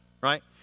right